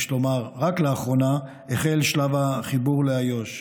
יש לומר, רק לאחרונה, החל שלב החיבור ליו"ש.